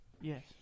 Yes